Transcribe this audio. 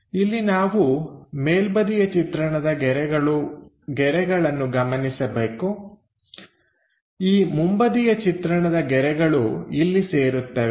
ಇಲ್ಲಿ ನಾವು ಮೇಲ್ಬದಿಯ ಚಿತ್ರಣದ ಗೆರೆಗಳನ್ನು ಗಮನಿಸಬೇಕು ಈ ಮುಂಬದಿಯ ಚಿತ್ರಣದ ಗೆರೆಗಳು ಇಲ್ಲಿ ಸೇರುತ್ತವೆ